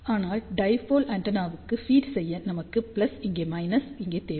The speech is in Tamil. ஆனால் டைபோல் ஆண்டெனாவுக்கு ஃபீட் செய்ய நமக்கு இங்கே இங்கே தேவை